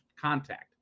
contact